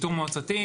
עירוני,